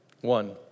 One